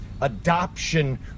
adoption